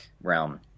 realm